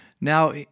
Now